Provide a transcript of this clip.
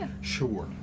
Sure